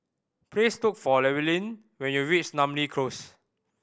please look for Llewellyn when you reach Namly Close